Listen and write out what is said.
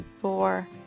four